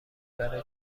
برای